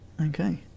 Okay